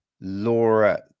Laura